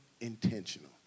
intentional